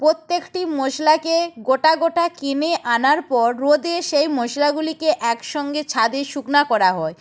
প্রত্যেকটি মশলাকে গোটা গোটা কিনে আনার পর রোদে সেই মশলাগুলিকে একসঙ্গে ছাদে শুকনো করা হয়